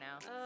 now